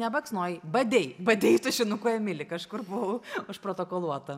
nebaksnojai badei badei tušinuku emilį kažkur buvau užprotokoluota